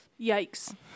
Yikes